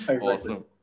Awesome